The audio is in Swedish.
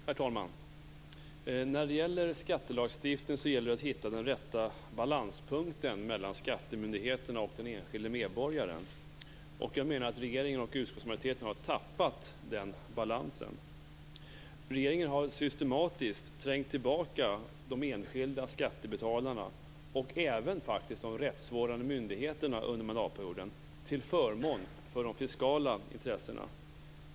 Herr talman! I skattelagstiftningen gäller det att hitta balanspunkten mellan skattemyndigheterna och den enskilde medborgaren. Jag anser att regeringen och utskottsmajoriteten har tappat den balansen. Regeringen har systematiskt trängt tillbaka de enskilda skattebetalarna och även de rättsvårdande myndigheterna under mandatperioden till förmån för de fiskala intressena.